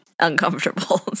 uncomfortable